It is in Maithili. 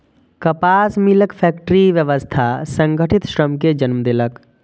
कपास मिलक फैक्टरी व्यवस्था संगठित श्रम कें जन्म देलक